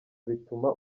bituma